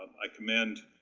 i commend